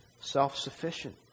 self-sufficient